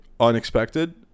Unexpected